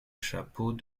chapeaux